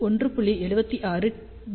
76 D